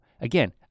Again